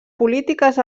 polítiques